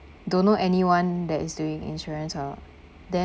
don't know anyone that is doing insurance hor then